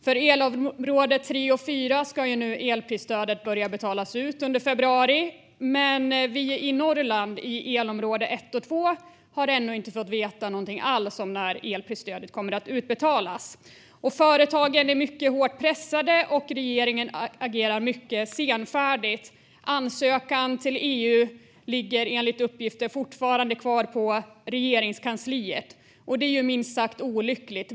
För elområde 3 och 4 ska nu stöd börja betalas ut under februari, men vi i Norrland i elområde 1 och 2 har ännu inte fått veta någonting alls om när elprisstödet kommer att utbetalas. Företagen är mycket hårt pressade, och regeringen agerar mycket senfärdigt. Ansökan till EU ligger enligt uppgifter fortfarande kvar på Regeringskansliet. Det är minst sagt olyckligt.